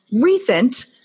recent